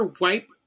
wipe